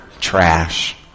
trash